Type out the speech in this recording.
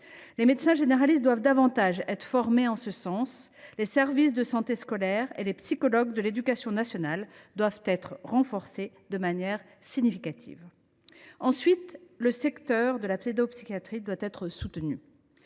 Les médecins généralistes doivent davantage être formés en ce sens. Les services de santé scolaire et les psychologues de l’éducation nationale doivent être renforcés de manière significative. Ensuite, le secteur de la pédopsychiatrie doit être soutenu.